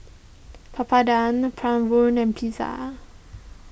Papadum Bratwurst and Pizza